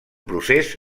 procés